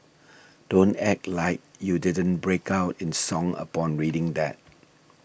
don't act like you didn't break out in song upon reading that